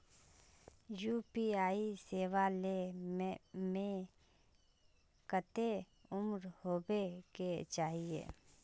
UPI सेवा ले में कते उम्र होबे के चाहिए?